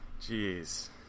Jeez